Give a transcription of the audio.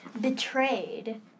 betrayed